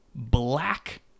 black